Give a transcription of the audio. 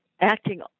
acting